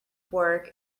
fork